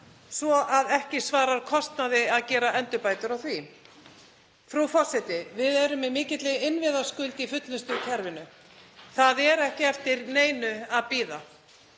og ekki svarar kostnaði að gera endurbætur á því. Frú forseti. Við erum í mikilli innviðaskuld í fullnustukerfinu. Það er ekki eftir neinu að bíða.